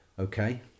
Okay